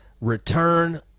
return